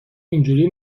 اینجوری